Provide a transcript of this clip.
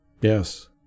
Yes